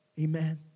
Amen